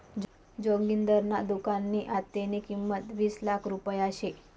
जोगिंदरना दुकाननी आत्तेनी किंमत वीस लाख रुपया शे